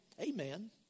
Amen